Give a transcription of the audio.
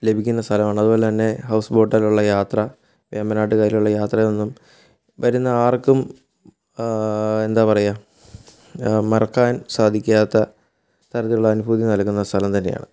ലഭിക്കുന്ന സ്ഥലമാണ് അതുപോലെ തന്നെ ഹൗസ് ബോട്ടേലുള്ള യാത്ര വേമ്പാനാട്ടു കായലിലുള്ള യാത്രയൊന്നും വരുന്ന ആര്ക്കും എന്താ പറയുക മറക്കാന് സാധിക്കാത്ത തരത്തിലുള്ള അനുഭൂതി നൽകുന്ന സലം തന്നെയാണ്